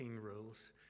rules